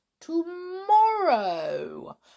tomorrow